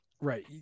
Right